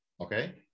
Okay